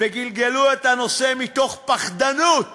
וגלגלו את הנושא מתוך פחדנות